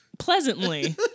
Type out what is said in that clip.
pleasantly